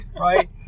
right